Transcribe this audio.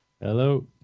Hello